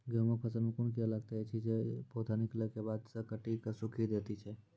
गेहूँमक फसल मे कून कीड़ा लागतै ऐछि जे पौधा निकलै केबाद जैर सऽ काटि कऽ सूखे दैति छै?